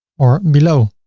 or below.